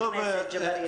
ישראל,